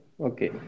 Okay